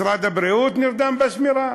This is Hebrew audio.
משרד הבריאות נרדם בשמירה